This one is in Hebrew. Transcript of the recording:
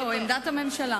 לא, את עמדת הממשלה.